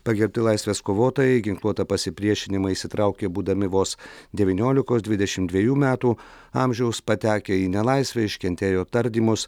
pagerbti laisvės kovotojai į ginkluotą pasipriešinimą įsitraukė būdami vos devyniolikos dvidešim dvejų metų amžiaus patekę į nelaisvę iškentėjo tardymus